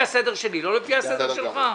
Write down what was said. אני מבקש שתלך לפי הסדר שלי, לא לפי הסדר שלך.